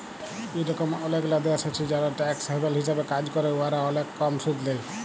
ইরকম অলেকলা দ্যাশ আছে যারা ট্যাক্স হ্যাভেল হিসাবে কাজ ক্যরে উয়ারা অলেক কম সুদ লেই